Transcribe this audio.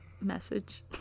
message